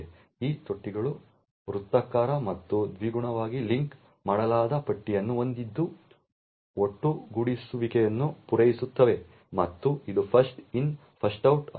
ಈ ತೊಟ್ಟಿಗಳು ವೃತ್ತಾಕಾರ ಮತ್ತು ದ್ವಿಗುಣವಾಗಿ ಲಿಂಕ್ ಮಾಡಲಾದ ಪಟ್ಟಿಯನ್ನು ಹೊಂದಿದ್ದು ಒಟ್ಟುಗೂಡಿಸುವಿಕೆಯನ್ನು ಪೂರೈಸುತ್ತವೆ ಮತ್ತು ಇದು ಫಸ್ಟ್ ಇನ್ ಫಸ್ಟ್ ಔಟ್ ಅನ್ನು ಹೊಂದಿದೆ